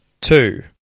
Two